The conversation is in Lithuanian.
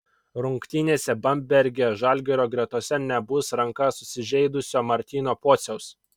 rungtynėse bamberge žalgirio gretose nebus ranką susižeidusio martyno pociaus